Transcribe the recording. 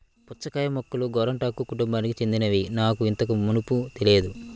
పుచ్చకాయ మొక్కలు గోరింటాకు కుటుంబానికి చెందినవని నాకు ఇంతకు మునుపు తెలియదు